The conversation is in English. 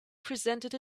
presented